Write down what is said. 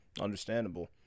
Understandable